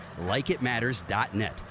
LikeItMatters.net